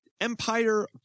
Empire